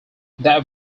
that